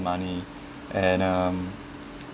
money and um